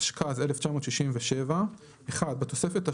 התשכ"ז-1967 (1)בתוספת השנייה,